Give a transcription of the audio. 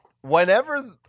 whenever